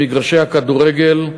במגרשי הכדורגל,